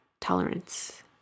tolerance